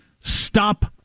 stop